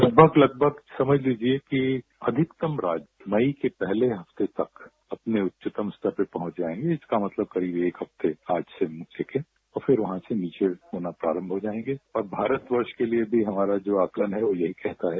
लगभग लगभग समझ लीजिए कि अधिकतम राज्य मई के पहले हफ्ते तक अपने उच्चतम स्तर पर पहुंच जाएंगे जिसका मतलब करीब एक हफ्ते आज से नीचे के और फिर वहां से नीचे होना प्रारंभ हो जाएंगे और भारतवर्ष के लिए भी हमारा जो आंकलन है वो यही कहता है